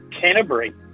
Canterbury